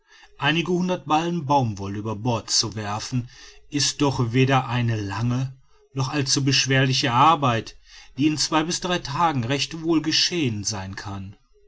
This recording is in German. einige hundert ballen baumwolle über bord zu werfen ist doch weder eine lange noch allzu beschwerliche arbeit die in zwei bis drei tagen recht wohl geschehen sein kann